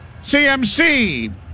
CMC